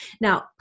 Now